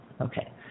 Okay